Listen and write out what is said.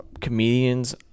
comedians